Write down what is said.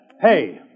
Hey